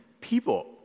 people